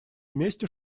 вместе